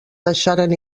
deixaren